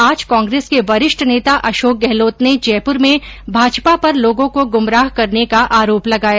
आज कांग्रेस के वरिष्ठ नेता अशोक गहलोत ने जयपुर में भाजपा पर लोगों को गुमराह करने का आरोप लगाया